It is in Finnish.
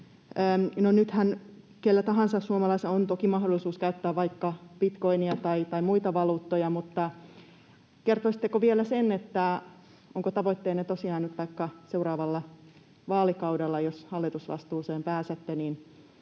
nythän kenellä tahansa suomalaisella on toki mahdollisuus käyttää vaikka bitcoinia tai muita valuuttoja, mutta kertoisitteko vielä sen, onko tavoitteenne tosiaan nyt vaikka seuraavalla vaalikaudella, jos hallitusvastuuseen pääsette,